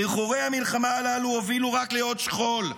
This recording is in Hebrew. חרחורי המלחמה הללו הובילו רק לעוד שכול,